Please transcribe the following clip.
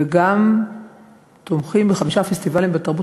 וגם תומכים בחמישה פסטיבלים ובתרבות